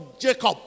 Jacob